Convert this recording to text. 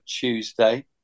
Tuesday